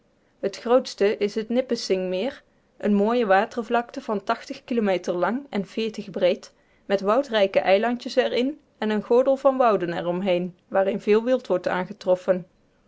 het grootste is het nipissing meer een mooie watervlakte van kilometer lang en breed met woudrijke eilandjes er in en een gordel van wouden er omheen waarin veel wild wordt aangetroffen